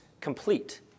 complete